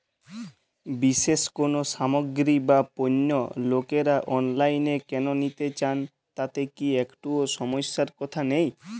বিশেষ কোনো সামগ্রী বা পণ্য লোকেরা অনলাইনে কেন নিতে চান তাতে কি একটুও সমস্যার কথা নেই?